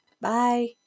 Bye